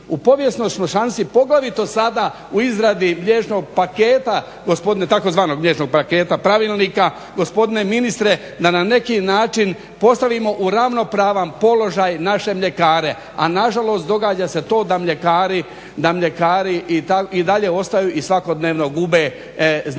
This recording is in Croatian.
u povijesnoj smo šansi poglavito sada u izradi mliječnog paketa gospodine, tzv. mliječnog paketa pravilnika gospodine ministre da na neki način postavimo u ravnopravan položaj naše mljekare, a na žalost događa se to da mljekari i dalje ostaju i svakodnevno gube značajna